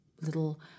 little